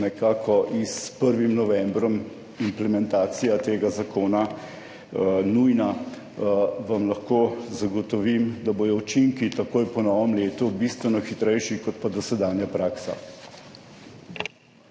nekako s 1. novembrom implementacija tega zakona nujna, vam lahko zagotovim, da bodo učinki takoj po novem letu bistveno hitrejši, kot je dosedanja praksa.